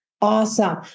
Awesome